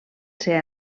ser